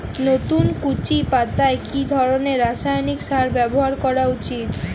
নতুন কচি পাতায় কি ধরণের রাসায়নিক সার ব্যবহার করা উচিৎ?